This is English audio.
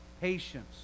patience